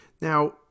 Now